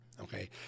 okay